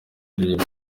aririmba